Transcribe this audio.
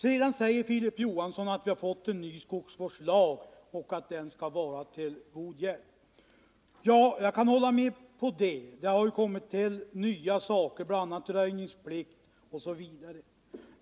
Sedan säger Filip Johansson att vi har fått en ny skogsvårdslag och att den skall vara till god hjälp. Ja, jag kan hålla med om det. Nya saker har ju tillkommit, bl.a. röjningsplikt.